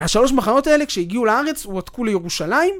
השלוש מחנות האלה, כשהגיעו לארץ, הועתקו לירושלים